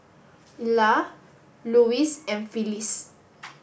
Ila Louis and Phyllis